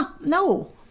No